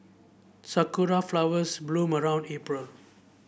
sakura flowers bloom around April